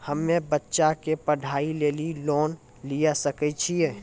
हम्मे बच्चा के पढ़ाई लेली लोन लिये सकय छियै?